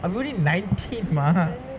I'm already nineteen mah